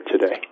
today